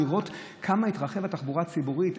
לראות כמה התרחבה התחבורה הציבורית,